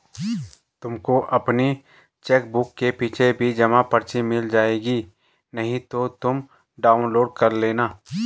तुमको अपनी चेकबुक के पीछे भी जमा पर्ची मिल जाएगी नहीं तो तुम डाउनलोड कर लेना